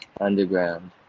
underground